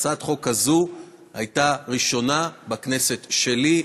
הצעת החוק הזאת הייתה ראשונה בכנסת שלי,